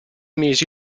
mesi